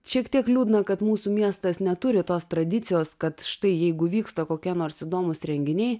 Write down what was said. šiek tiek liūdna kad mūsų miestas neturi tos tradicijos kad štai jeigu vyksta kokie nors įdomūs renginiai